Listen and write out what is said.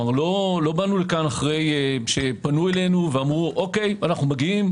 לא באנו לפה אחרי שפנו ואלינו ואמרנו: אנחנו מגיעים,